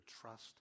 trust